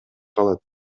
калат